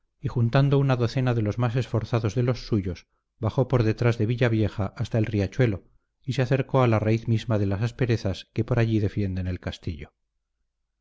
y juntando una docena de los más esforzados de los suyos bajó por detrás de villavieja hasta el riachuelo y se acercó a la raíz misma de las asperezas que por allí defienden el castillo